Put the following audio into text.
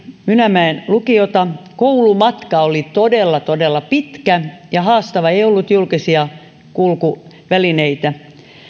mynämäen lukiota koulumatka oli todella todella pitkä ja haastava ei ei ollut julkisia kulkuvälineitä